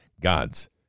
God's